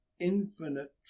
infinite